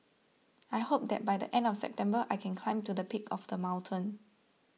I hope that by the end of September I can climb to the peak of the mountain